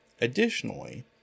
Additionally